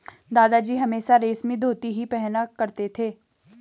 दादाजी हमेशा रेशमी धोती ही पहना करते थे